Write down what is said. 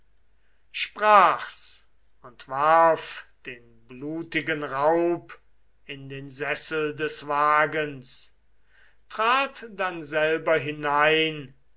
sprach's und warf den blutigen raub in den sessel des wagens trat dann selber hinein